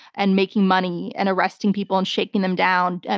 and making money, and arresting people and shaking them down, ah